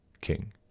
king